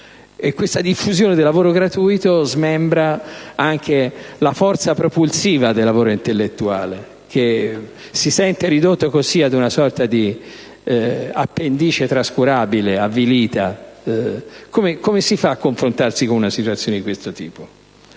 La diffusione del lavoro gratuito smembra anche la forza propulsiva del lavoro intellettuale, che si sente ridotto così ad una sorta di appendice trascurabile, avvilita. Come si fa a confrontarsi con una situazione di questo tipo?